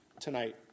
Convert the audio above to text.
tonight